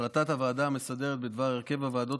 החלטת הוועדה המסדרת בדבר הרכב הוועדות